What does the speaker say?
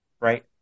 right